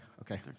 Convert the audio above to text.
okay